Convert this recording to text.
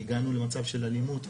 הגענו למצב של אלימות.